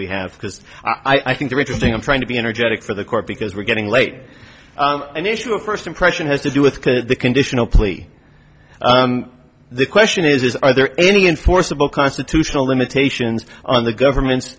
we have because i think they're interesting i'm trying to be energetic for the court because we're getting late an issue of first impression has to do with the conditional plea the question is are there any enforceable constitutional limitations on the government